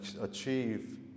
achieve